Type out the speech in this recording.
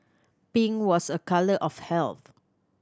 pink was a colour of health